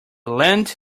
lent